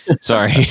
sorry